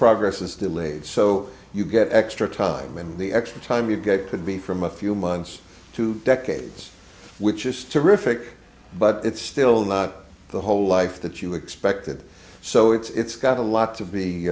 progress is delayed so you get extra time in the extra time you get could be from a few months to decades which is terrific but it's still not the whole life that you expected so it's got a lot to be